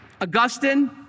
Augustine